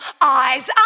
eyes